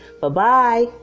Bye-bye